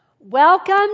welcome